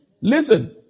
Listen